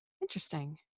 Interesting